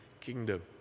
kingdom